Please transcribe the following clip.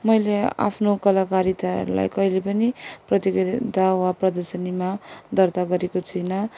मैले आफ्नो कलाकारिताहरूलाई कहिले पनि प्रतियोगिता वा प्रदर्शनीमा दर्ता गरेको छुइनँ